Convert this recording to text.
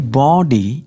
body